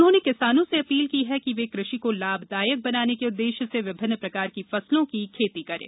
उन्होंने किसानों से अपील की कि वे कृषि को लाभदायक बनाने के उद्देश्य से विभिन्न प्रकार की फसलों की खेती करें